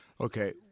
Okay